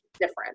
different